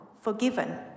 forgiven